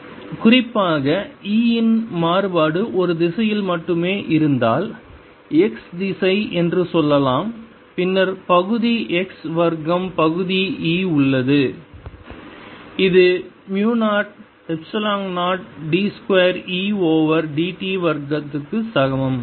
E 2E ∂t00E∂t 2E002Et2 குறிப்பாக E இன் மாறுபாடு ஒரு திசையில் மட்டுமே இருந்தால் x திசை என்று சொல்லலாம் பின்னர் பகுதி x வர்க்கம் எனக்கு பகுதி E உள்ளது இது மு 0 epsilon 0 d 2 E over dt வர்க்கம் க்கு சமம்